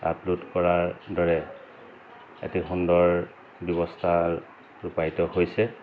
upload কৰাৰ দৰে এটি সুন্দৰ ব্যৱস্থা ৰূপায়িত হৈছে